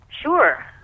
Sure